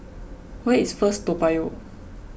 where is First Toa Payoh